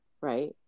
right